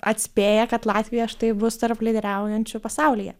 atspėję kad latvija štai bus tarp lyderiaujančių pasaulyje